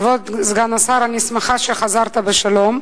כבוד סגן השר, אני שמחה שחזרת בשלום.